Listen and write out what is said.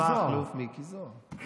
מכלוף מיקי זוהר.